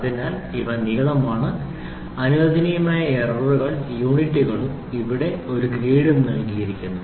അതിനാൽ ഇവ നീളമാണ് അനുവദനീയമായ എററുകൾ യൂണിറ്റുകളും ഇവിടെ ഒരു ഗ്രേഡും നൽകിയിരിക്കുന്നു